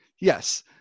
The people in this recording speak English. yes